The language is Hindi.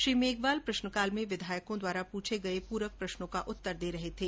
श्री मेघवाल प्रश्नकाल में विधायकों द्वारा पूछे गए पूरक प्रश्नों का उत्तर दे रहे थे